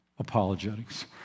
Apologetics